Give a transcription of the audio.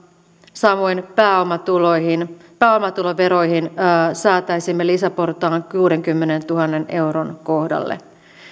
samoin pääomatuloveroihin pääomatuloveroihin säätäisimme lisäportaan kuudenkymmenentuhannen euron kohdalle